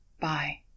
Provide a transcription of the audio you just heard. Bye